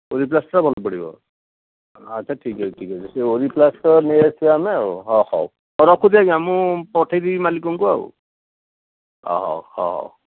ଓରିପ୍ଲାଷ୍ଟର ଭଲ ପଡ଼ିବ ଆଚ୍ଛା ଠିକ୍ ଅଛି ଠିକ୍ ଅଛି ସେହି ଓରିପ୍ଲାଷ୍ଟର ନେଇଆସିବା ଆମେ ଆଉ ହଉ ହଉ ହଉ ରଖୁଛି ଆଜ୍ଞା ମୁଁ ପଠାଇଦେବି ମାଲିକଙ୍କୁ ଆଉ ହଉ